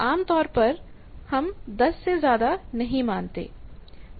आम तौर पर हम 10 से ज्यादा नहीं मानते